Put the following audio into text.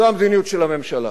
זו המדיניות של הממשלה.